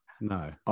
No